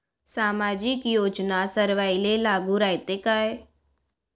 सामाजिक योजना सर्वाईले लागू रायते काय?